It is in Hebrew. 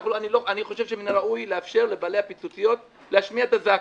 אני חושב שמן הראוי לאפשר לבעלי הפיצוציות להשמיע את הזעקה.